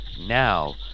Now